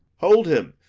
hold him,